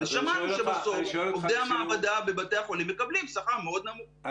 אז שמענו שבסוף עובדי המעבדה בבתי החולים מקבלים שכר מאוד נמוך.